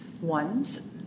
ones